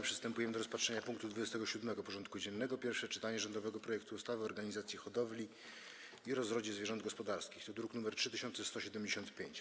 Przystępujemy do rozpatrzenia punktu 27. porządku dziennego: Pierwsze czytanie rządowego projektu ustawy o organizacji hodowli i rozrodzie zwierząt gospodarskich (druk nr 3175)